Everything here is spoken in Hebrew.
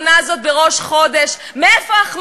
והיא לא